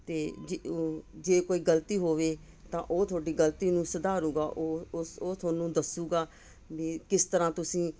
ਅਤੇ ਜੇ ਓ ਜੇ ਕੋਈ ਗਲਤੀ ਹੋਵੇ ਤਾਂ ਉਹ ਤੁਹਾਡੀ ਗਲਤੀ ਨੂੰ ਸੁਧਾਰੇਗਾ ਔਰ ਉਸ ਉਹ ਤੁਹਾਨੂੰ ਦੱਸੇਗਾ ਵੀ ਕਿਸ ਤਰ੍ਹਾਂ ਤੁਸੀਂ